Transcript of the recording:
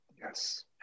Yes